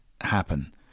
happen